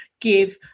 give